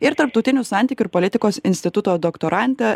ir tarptautinių santykių ir politikos instituto doktorante